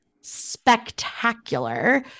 spectacular